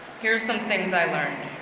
here's some things i learned.